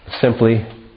Simply